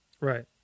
Right